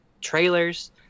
trailers